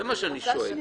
זה מה שאני שואל.